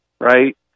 right